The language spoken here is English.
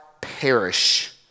perish